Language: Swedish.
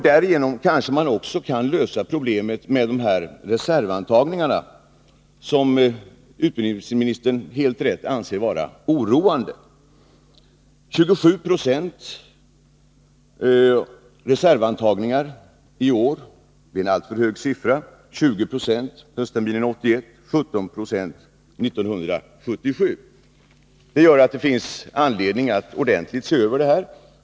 Därigenom kanske man också kan lösa problemet med de reservantagningar som utbildningsministern helt riktigt anser vara oroande. 27 Yo reservantagningar i år är en alltför hög siffra jämfört med 20 26 höstterminen 1981 och 17 96 1977. Detta gör att det finns anledning att ordentligt se över systemet.